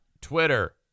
Twitter